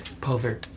Pulver